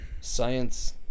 science